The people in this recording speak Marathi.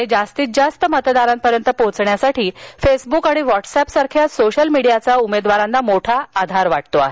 अशा परिस्थितीत जास्तीत जास्त मतदारांपर्यंत पोचण्यासाठी फेसबुक आणि व्हाट्स ऍप सारख्या सोशल मीडियाचा उमेदवारांना मोठा आधार वाटतो आहे